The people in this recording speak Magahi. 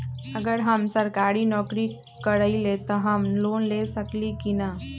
अगर हम सरकारी नौकरी करईले त हम लोन ले सकेली की न?